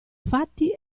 fatti